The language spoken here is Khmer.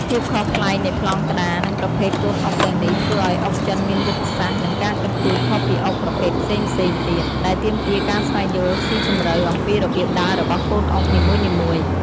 ភាពខុសប្លែកនៃប្លង់ក្តារ និងប្រភេទកូនអុកទាំងនេះ ធ្វើឱ្យអុកចិនមានយុទ្ធសាស្ត្រ និងការគិតគូរខុសពីអុកប្រភេទផ្សេងៗទៀត ដែលទាមទារការស្វែងយល់ស៊ីជម្រៅអំពីរបៀបដើររបស់កូនអុកនីមួយៗ។